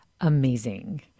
amazing